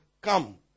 come